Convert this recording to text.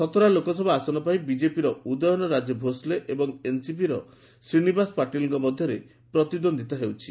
ସତରା ଲୋକସଭା ଆସନ ପାଇଁ ବିଜେପିର ଉଦୟନ ରାଜ ଭୋଁସଲେ ଏବଂ ଏନସିପିର ଶ୍ରୀନିବାସ ପାଟିଲଙ୍କ ମଧ୍ୟରେ ପ୍ରତିଦ୍ୱନ୍ଦିତା ହେଉଛି